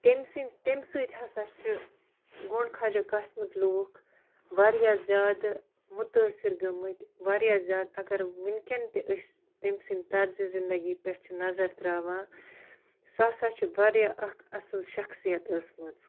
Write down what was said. تٔمۍ سٔنٛدۍ تٔمہِ سۭتۍ ہسا چھِ گُنٛڈ خواجہ قاسمٕکۍ لوٗکھ واریاہ زیادٕ مُتٲثر گٔمٕتۍ واریاہ زیادٕ اگر وُنٛکیٚن تہِ أسۍ تٔمۍ سٕنٛدۍ طرزِ زِنٛدگی پٮ۪ٹھ چھِ نظر ترٛاوان سۄ ہسا چھِ واریاہ اَکھ اصٕل شخصیت ٲسمٕژ